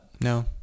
No